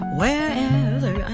wherever